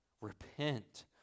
Repent